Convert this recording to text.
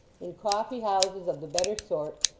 in coffee-houses of the better sort,